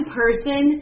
person